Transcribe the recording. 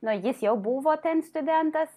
na jis jau buvo ten studentas